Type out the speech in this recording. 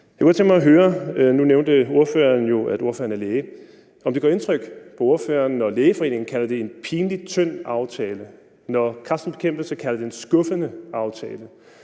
jeg kunne godt tænke mig høre, om det gør indtryk på ordføreren, når Lægeforeningen kalder det en pinligt tynd aftale, når Kræftens Bekæmpelse kalder det en skuffende aftale,